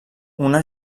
una